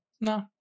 no